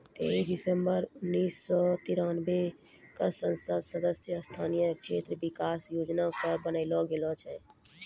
तेइस दिसम्बर उन्नीस सौ तिरानवे क संसद सदस्य स्थानीय क्षेत्र विकास योजना कअ बनैलो गेलैय